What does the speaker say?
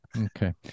Okay